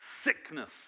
sickness